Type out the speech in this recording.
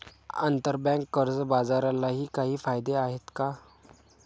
आंतरबँक कर्ज बाजारालाही काही कायदे आहेत का?